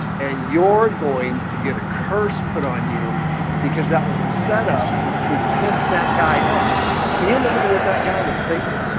and you're going to get a curse put on you because that was a setup to piss that guy off can you imagine what that guy was thinking?